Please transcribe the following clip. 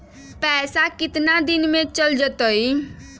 पैसा कितना दिन में चल जतई?